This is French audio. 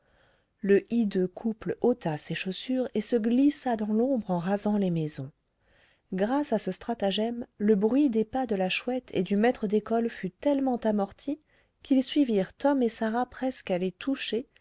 le hideux couple ôta ses chaussures et se glissa dans l'ombre en rasant les maisons grâce à ce stratagème le bruit des pas de la chouette et du maître d'école fut tellement amorti qu'ils suivirent tom et sarah presque à les toucher